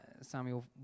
Samuel